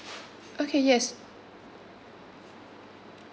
okay yes